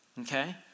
Okay